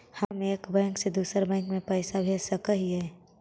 हम एक बैंक से दुसर बैंक में पैसा भेज सक हिय?